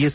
S